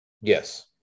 Yes